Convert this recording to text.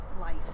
life